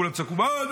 כולם צעקו: מה?